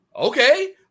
okay